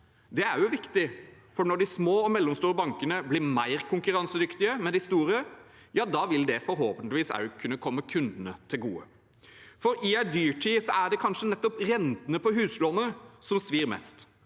Det er også viktig, for når de små og mellomstore bankene blir mer konkurransedyktige med de store, vil det forhåpentligvis også kunne komme kundene til gode. I en dyrtid er det kanskje nettopp rentene på huslånet som svir mest,